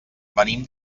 venim